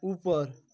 ऊपर